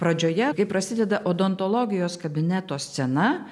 pradžioje kai prasideda odontologijos kabineto scena